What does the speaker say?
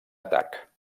atac